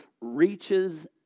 reaches